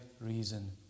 reason